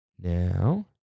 Now